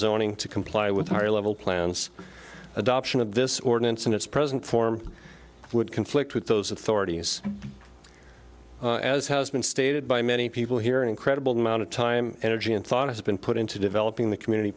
zoning to comply with higher level plans adoption of this ordinance in its present form would conflict with those authorities as has been stated by many people here incredible amount of time energy and thought has been put into developing the community